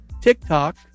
TikTok